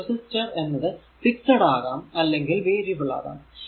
ഈ റെസിസ്റ്റർ എന്നത് ഫിക്സഡ് ആകാം അല്ലെങ്കിൽ വേരിയബിൾ ആകാം